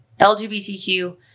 LGBTQ